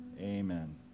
Amen